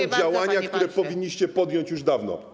To są działania, które powinniście podjąć już dawno.